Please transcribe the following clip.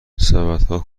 سبدها